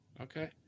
Okay